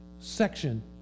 section